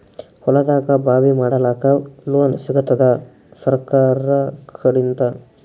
ಹೊಲದಾಗಬಾವಿ ಮಾಡಲಾಕ ಲೋನ್ ಸಿಗತ್ತಾದ ಸರ್ಕಾರಕಡಿಂದ?